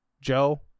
Joe